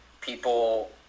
people